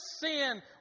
sin